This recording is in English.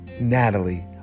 natalie